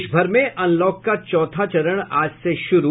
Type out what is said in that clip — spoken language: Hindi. देश भर में अनलॉक का चौथा चरण आज से शुरू